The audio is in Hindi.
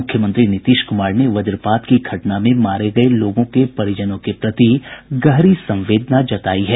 मुख्यमंत्री नीतीश कुमार ने वजपात की घटना में मारे गये लोगों के परिजनों के प्रति गहरी संवेदना जतायी है